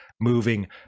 moving